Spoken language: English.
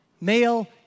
Male